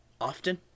often